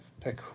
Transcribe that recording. pick